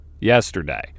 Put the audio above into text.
yesterday